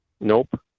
Nope